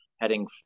heading